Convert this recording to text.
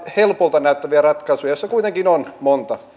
helpolta näyttäviä ratkaisuja joissa kuitenkin on monta